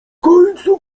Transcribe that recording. końcu